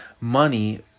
money